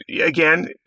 again